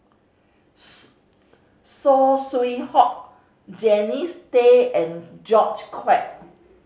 Saw Swee Hock Jannie Tay and George Quek